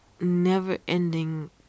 never-ending